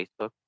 Facebook